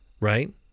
Right